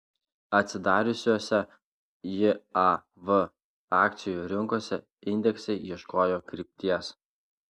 atsidariusiose jav akcijų rinkose indeksai ieškojo krypties